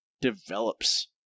develops